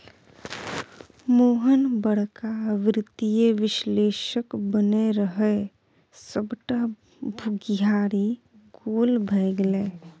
मोहन बड़का वित्तीय विश्लेषक बनय रहय सभटा बुघियारी गोल भए गेलै